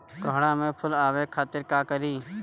कोहड़ा में फुल आवे खातिर का करी?